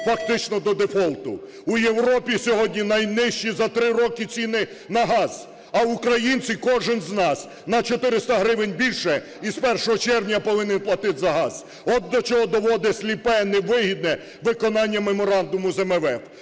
фактично, до дефолту. У Європі сьогодні найнижчі за 3 роки ціни на газ. А українці, кожен з нас, на 400 гривень більше із 1 червня повинен платити за газ. От до чого доводить сліпе невигідне виконання меморандуму з МВФ.